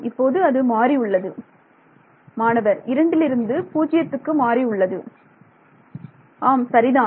இப்போது அது மாறி உள்ளது மாணவர் இரண்டிலிருந்து 0 வுக்கு மாறி உள்ளது ஆம் சரிதான்